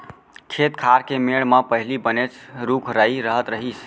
खेत खार के मेढ़ म पहिली बनेच रूख राई रहत रहिस